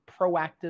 proactive